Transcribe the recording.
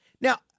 Now